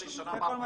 זאת בקשה